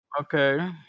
Okay